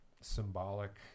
symbolic